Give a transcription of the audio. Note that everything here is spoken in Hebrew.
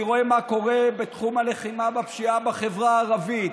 אני רואה מה קורה בתחום הלחימה בפשיעה בחברה הערבית,